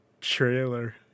trailer